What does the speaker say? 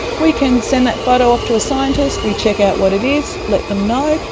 we can send that photo off to a scientist, we check out what it is, let them know,